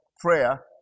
prayer